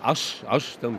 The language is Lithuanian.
aš aš ten